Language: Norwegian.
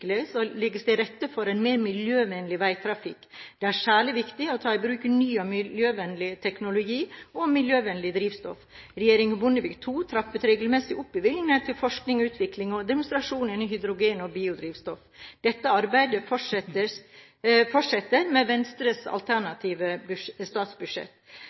og legges til rette for en mer miljøvennlig veitrafikk. Det er særlig viktig å ta i bruk ny og miljøvennlig teknologi og miljøvennlig drivstoff. Regjeringen Bondevik II trappet regelmessig opp bevilgningene til forskning, utvikling og demonstrasjon innen hydrogen og biodrivstoff. Dette arbeidet fortsetter med Venstres alternative statsbudsjett.